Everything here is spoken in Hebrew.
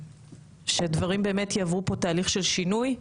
זה שהדברים באמת יעברו פה תהליך של שינוי.